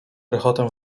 rechotem